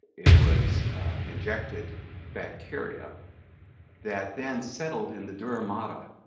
it was injected bacteria that then settled in the dura mater